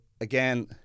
again